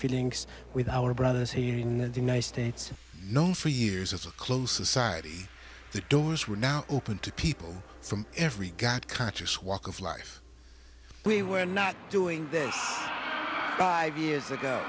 feelings with our brothers here in the united states know for years as a close aside the doors were now open to people from every god conscious walk of life we were not doing that five years ago